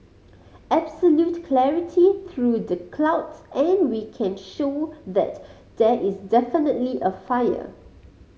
absolute clarity through the clouds and we can show that there is definitely a fire